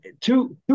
two